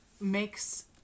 Makes